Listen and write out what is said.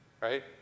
right